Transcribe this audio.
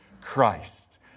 Christ